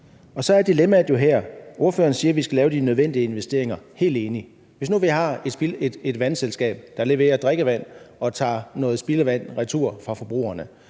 Og så er der et dilemma her. Ordføreren siger, at vi skal lave de nødvendige investeringer – helt enig. Lad os nu sige, at vi har et vandselskab, der leverer drikkevand og tager noget spildevand retur fra forbrugerne,